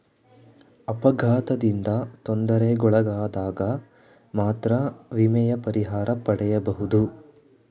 ಅಪಘಾತದಿಂದ ತೊಂದರೆಗೊಳಗಾದಗ ಮಾತ್ರ ವಿಮೆಯ ಪರಿಹಾರ ಪಡೆಯಬಹುದು